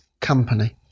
company